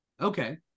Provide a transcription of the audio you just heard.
Okay